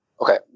Okay